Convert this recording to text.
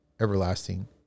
everlasting